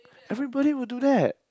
everybody would do that